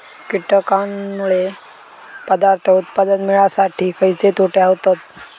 कीटकांनमुळे पदार्थ उत्पादन मिळासाठी खयचे तोटे होतत?